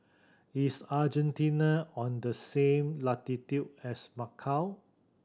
is Argentina on the same latitude as Macau